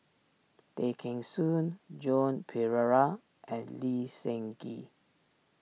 Tay Kheng Soon Joan Pereira and Lee Seng Gee